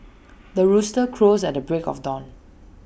the rooster crows at the break of dawn